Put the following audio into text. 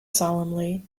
solemnly